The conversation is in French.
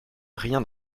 rien